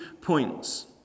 points